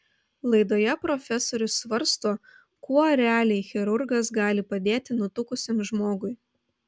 laidoje profesorius svarsto kuo realiai chirurgas gali padėti nutukusiam žmogui